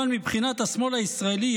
אבל מבחינת השמאל הישראלי,